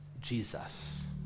Jesus